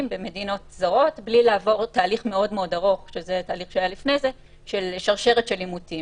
במדינות זרות בלי לעבור תהליך של שרשרת אימותים.